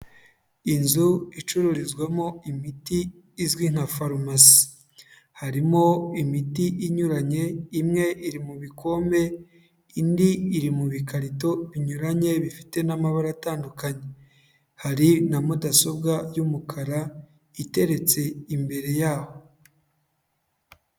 Inzu icururizwamo imiti izwi nka farumasi, harimo imiti inyuranye imwe iri mu bikombe, indi iri mu bikarito binyuranye bifite n'amabara atandukanye, hari na mudasobwa y'umukara iteretse imbere yaho.